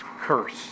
curse